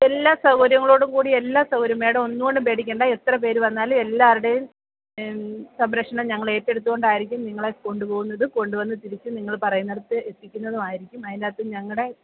എല്ലാ സൗകര്യങ്ങളോടും കൂടി എല്ലാ സൗകര്യം മേഡം ഒന്നു കൊണ്ടും പേടിക്കണ്ട എത്ര പേര് വന്നാലും എല്ലാവരുടെയും സംരക്ഷണം ഞങ്ങൾ ഏറ്റെടുത്തു കൊണ്ടായിരിക്കും നിങ്ങളെ കൊണ്ടുപോകുന്നത് കൊണ്ടുവന്ന് തിരിച്ച് നിങ്ങള് പറയുന്നിടത്ത് എത്തിക്കുന്നതുവായിരിക്കും അതിനകത്ത് ഞങ്ങളുടെ